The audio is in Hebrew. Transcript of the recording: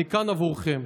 אני כאן עבורכם.